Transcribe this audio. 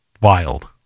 Wild